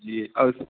जी और